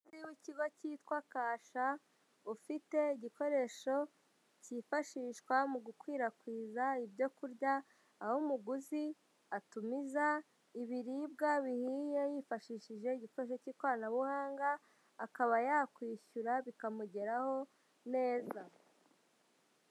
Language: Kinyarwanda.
Ikigo cyitwa Kasha ufite igikoresho cyifashishwa mu gukwirakwiza ibyo kurya aho umuguzi atumiza ibiribwa bihiye yifashishije igikoresho cy'ikoranabuhanga akaba yakwishyura bikamugeraho neza.